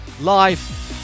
live